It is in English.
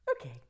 Okay